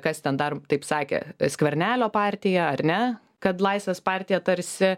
kas ten dar taip sakė skvernelio partija ar ne kad laisvės partija tarsi